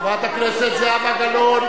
חברת הכנסת זהבה גלאון.